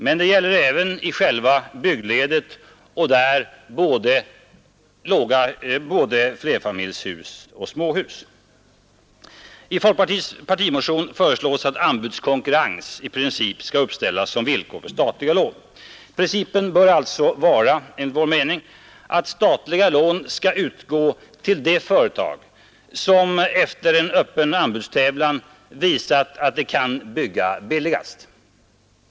Men det gäller även i själva byggledet, och då både flerfamiljshus och småhus. I folkpartiets partimotion föreslås att anbudskonkurrens i princip skall uppställas som villkor för statliga lån. Principen bör alltså, enligt vår mening, vara att statliga lån skall utgå till det företag som efter en öppen anbudstävlan visat att det kan bygga billigast.